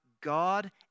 God